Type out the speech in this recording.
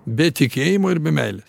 be tikėjimo ir be meilės